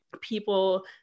people